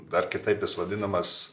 dar kitaip jis vadinamas